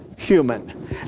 Human